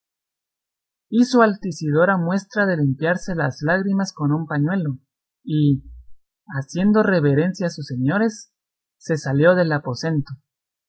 hizo altisidora muestra de limpiarse las lágrimas con un pañuelo y haciendo reverencia a sus señores se salió del aposento